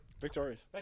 Victorious